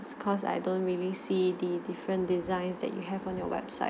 it's cause I don't really see the different designs that you have on your website